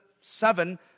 seven